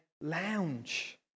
lounge